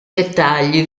dettagli